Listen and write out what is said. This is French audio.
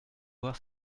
voir